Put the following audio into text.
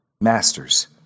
Masters